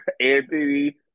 Anthony